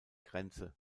grenze